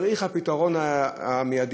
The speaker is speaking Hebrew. צריך את הפתרון המיידי.